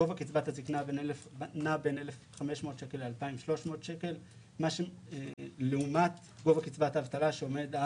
גובה קצבת הזקנה נע בין 1,500 שקלים ל-2,300 שקלים לעומת גובה